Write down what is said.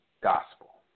gospel